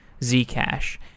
Zcash